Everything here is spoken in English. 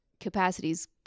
capacities